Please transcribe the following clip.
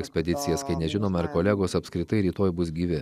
ekspedicijas kai nežinome ar kolegos apskritai rytoj bus gyvi